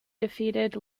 defeated